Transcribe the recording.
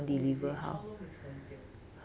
oh is it how long is 很久